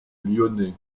lyonnais